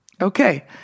Okay